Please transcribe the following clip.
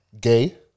Gay